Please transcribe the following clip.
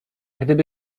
gdyby